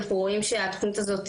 אנחנו רואים שהתוכנית הזאת,